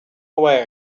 away